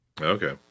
Okay